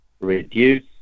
reduce